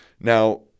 Now